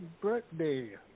birthday